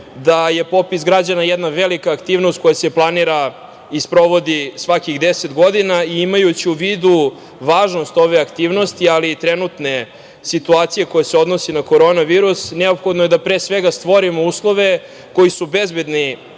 da je popis građana jedna velika aktivnost koja se planira i sprovodi svakih 10 godina i imajući u vidu važnost ove aktivnosti, ali i trenutne situacije koja se odnosi na korona virus neophodno je da, pre svega, stvorimo uslove koji su bezbedni